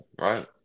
right